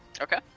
Okay